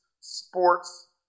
sports